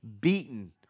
beaten